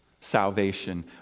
salvation